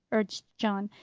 urged john.